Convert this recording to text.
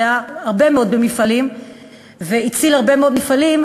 שהיה הרבה מאוד במפעלים והציל הרבה מאוד מפעלים,